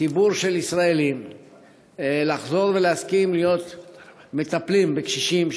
ציבור של ישראלים לחזור ולהסכים להיות מטפלים בקשישים,